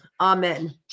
Amen